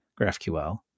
GraphQL